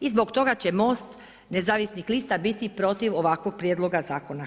I zbog toga će MOST nezavisnih lista biti protiv ovakvog Prijedloga Zakona.